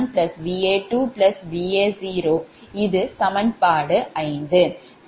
VbVb1Vb2Vb0இது சமன்பாடு 6